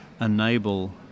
enable